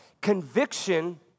Conviction